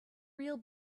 real